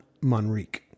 Monrique